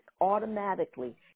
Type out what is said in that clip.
automatically